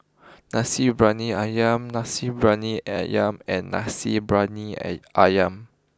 Nasi Briyani Ayam Nasi Briyani Ayam and Nasi Briyani Ayam